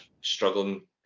struggling